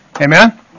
Amen